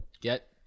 Get